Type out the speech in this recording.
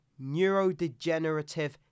neurodegenerative